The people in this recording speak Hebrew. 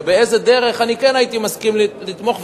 ובאיזה דרך אני כן הייתי מסכים לתמוך,